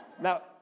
Now